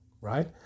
Right